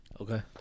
Okay